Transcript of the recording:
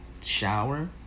shower